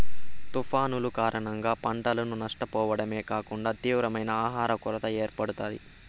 తుఫానులు కారణంగా పంటను నష్టపోవడమే కాకుండా తీవ్రమైన ఆహర కొరత ఏర్పడుతాది